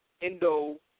Indo